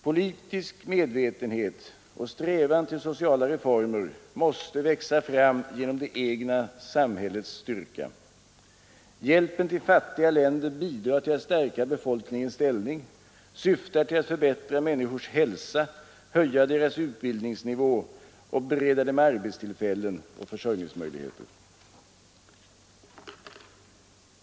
Politisk medvetenhet och strävan till sociala reformer måste växa fram genom samhällets egen styrka. Hjälpen till de fattiga länderna bidrar till att stärka befolkningens ställning, syftar till att förbättra människors hälsa, höja deras utbildningsnivå och bereda dem arbetstillfällen och försörjningsmöjligheter.